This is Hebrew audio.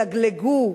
שילגלגו.